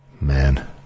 Man